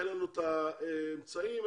אין לכם אמצעים וכולי.